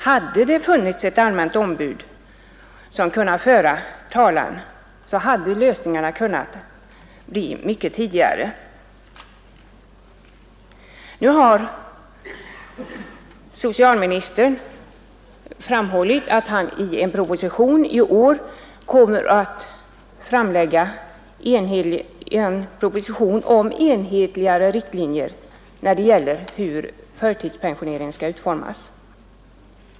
Hade det funnits ett allmänt ombud som fört dessa människors talan hade ärendena också kunnat avgöras mycket tidigare. Nu har socialministern framhållit att han i en proposition i år kommer att framlägga förslag om mer enhetliga riktlinjer när det gäller hur förtidspensioneringen skall utformas.